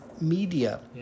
Media